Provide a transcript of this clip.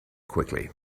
quickly